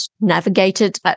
navigated